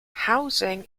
housing